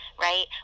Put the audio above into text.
right